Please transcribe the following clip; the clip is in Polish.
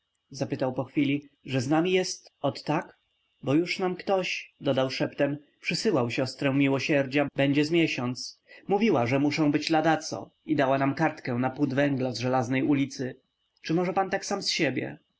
zapytał po chwili że z nami jest ot tak bo już nam ktoś dodał szeptem przysyłał siostrę miłosierdzia będzie z miesiąc mówiła że muszę być ladaco i dała nam kartkę na pud węgla z żelaznej ulicy czy może pan tak sam z siebie